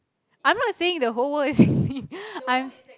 I'm not saying the whole world is with me I'm